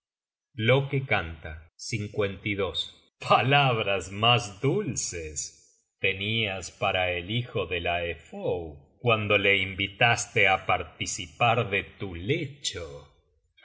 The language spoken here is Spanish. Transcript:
carecer de buenas advertencias loke canta palabras mas dulces tenias para el hijo de laefoe cuando le invitaste á participar de tu lecho